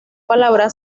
palabra